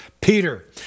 Peter